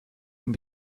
and